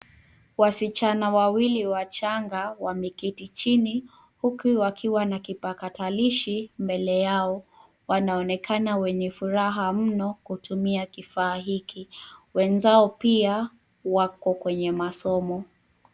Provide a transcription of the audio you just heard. Wasichana wawili wachanga wameketi chini huku wakiwa na kipakatalishi mbele yao. Wanaonekana wenye furaha mno kutumia kifaa hiki. Wenzao pia wako kwenye masomo.